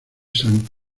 san